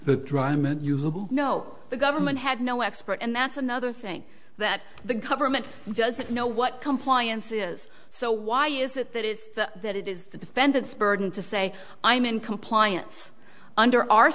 dr no the government had no expert and that's another thing that the government doesn't know what compliance is so why is it that is that it is the defendant's burden to say i'm in compliance under our